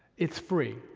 it's free.